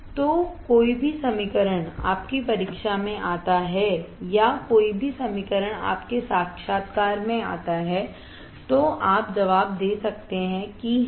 तो कोई भी समीकरण आपकी परीक्षा में आता है या कोई भी समीकरण आपके साक्षात्कार में आता है तो आप जवाब दे सकते हैं कि हां